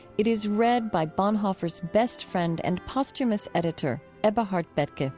it is read by bonhoeffer's best friend and posthumous editor, eberhard bethge